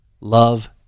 love